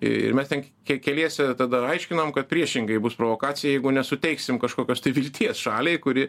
ir mes ten kie keliese tada aiškinom kad priešingai bus provokacija jeigu nesuteiksim kažkokios tai vilties šaliai kuri